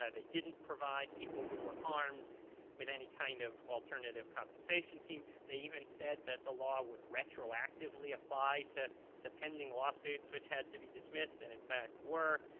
ah they didn't provide people who were harmed with any kind of alternative compensation scheme. they even said that the law would retroactively apply to to pending lawsuits, which had to be dismissed and, in fact, were.